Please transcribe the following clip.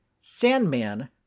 Sandman